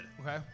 Okay